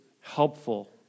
helpful